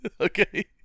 Okay